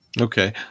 Okay